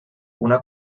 una